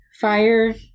Fire